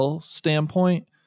standpoint